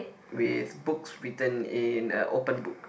with books written in a open book